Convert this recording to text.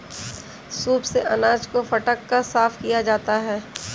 soup से अनाज को फटक कर साफ किया जाता है